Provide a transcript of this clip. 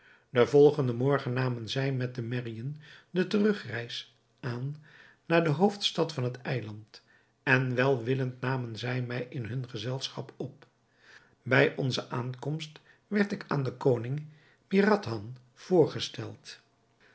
den volgenden morgen namen zij met de merriën de terugreis aan naar de hoofdstad van het eiland en welwillend namen zij mij in hun gezelschap op bij onze aankomst werd ik aan den koning mihradhan voorgesteld